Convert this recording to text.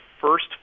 first